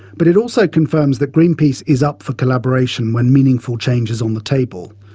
but it also confirms that greenpeace is up for collaboration when meaningful change is on the table.